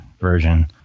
version